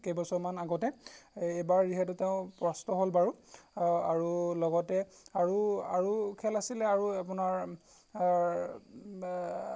কেইবছৰমান আগতে এইবাৰ যিহেতু তেওঁ পৰাস্ত হ'ল বাৰু আৰু লগতে আৰু আৰু খেল আছিলে আৰু আপোনাৰ আৰ